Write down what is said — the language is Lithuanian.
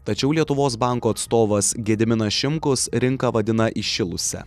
tačiau lietuvos banko atstovas gediminas šimkus rinką vadina įšilusia